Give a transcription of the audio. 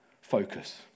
focus